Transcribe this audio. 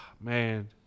Man